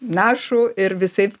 našų ir visaip